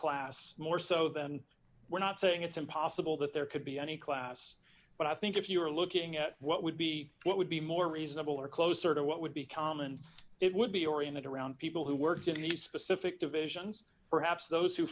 class more so than we're not saying it's impossible that there could be any class but i think if you're looking at what would be what would be more reasonable or closer to what would be common it would be oriented around people who work in the specific divisions perhaps those who